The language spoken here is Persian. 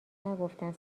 نگفتن